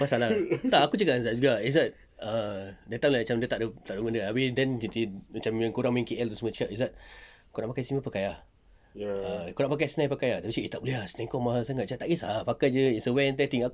tu pasal lah tak aku cakap dengan zad juga zad dia tahu macam dia tak ada benda abeh then tiba-tiba macam korang main K_L semua cakap zad kau nak pakai pakai ah kau nak pakai pakai ah eh tak boleh ah kau mahal sangat macam tak kesah ah pakai jer it's a wear and tear thing